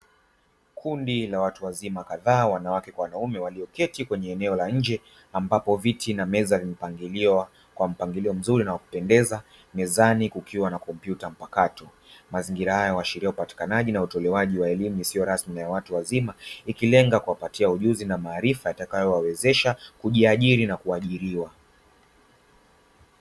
Kundi la watu wazima kadhaa wanawake kwa wanaume walioketi kwenye eneo la nje, ambapo viti na meza vimepangiliwa kwa mpangilio mzuri, na wa kupendeza mezani kukiwa na kompyuta mpakato mazingira haya huaashiria upatikanaji na utolewaji wa elimu isiyo rasmi na ya watu wazima, ikilenga kuwapatia ujuzi na maarifa yatakayo wawezesha kujiajiri na kuajiriwa.